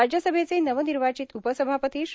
राज्यसभेचे नवनिर्वाचित उपसभापती श्री